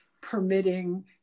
permitting